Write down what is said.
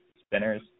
spinners